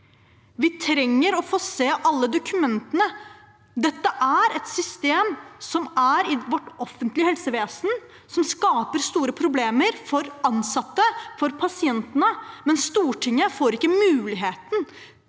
Vi trenger å få se alle dokumentene. Dette er et system i vårt offentlige helsevesen som skaper store problemer for ansatte og pasienter, men Stortinget får ikke muligheten